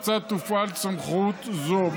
כיצד תופעל סמכות זו,